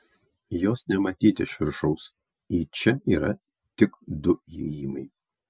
jos nematyti iš viršaus į čia yra tik du įėjimai